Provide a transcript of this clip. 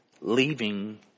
Leaving